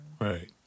Right